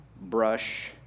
brush